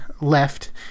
left